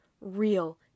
real